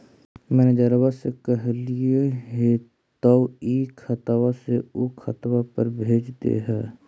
मैनेजरवा के कहलिऐ तौ ई खतवा से ऊ खातवा पर भेज देहै?